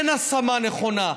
אין השמה נכונה.